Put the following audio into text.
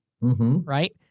Right